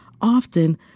Often